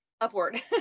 upward